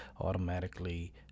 automatically